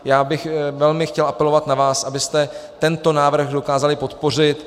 Já bych velmi chtěl apelovat na vás, abyste tento návrh dokázali podpořit.